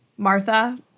Martha